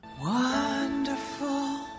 Wonderful